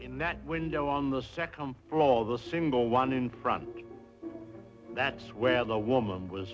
in that window on the second floor the single one in front that's where the woman was